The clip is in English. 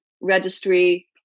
registry